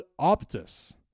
Optus